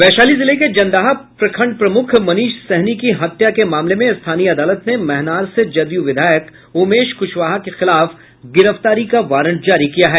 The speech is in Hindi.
वैशाली जिले के जंदाहा प्रखंड प्रमुख मनीष सहनी की हत्या के मामले में स्थानीय अदालत ने महनार से जदयू विधायक उमेश कुशवाहा के खिलाफ गिरफ्तारी का वारंट जारी किया है